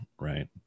Right